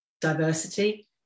diversity